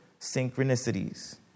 synchronicities